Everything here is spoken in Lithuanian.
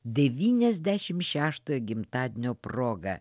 devyniasdešimt šeštojo gimtadienio proga